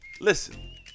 Listen